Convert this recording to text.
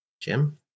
jim